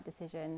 decision